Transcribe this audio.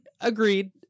Agreed